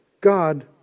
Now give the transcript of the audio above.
God